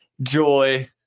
joy